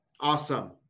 Awesome